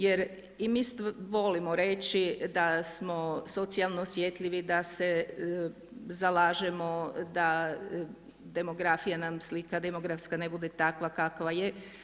Jer i mi volimo reći da smo socijalno osjetljivi da se zalažemo da demografija nam, demografska slika ne bude takva kakva je.